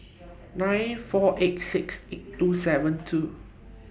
nine four eight six eight two seven two